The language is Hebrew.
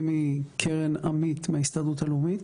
אני מקרן עמית מההסתדרות הלאומית.